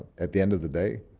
at the end of the day,